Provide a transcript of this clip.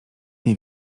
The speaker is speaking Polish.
nie